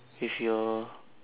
with your